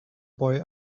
boy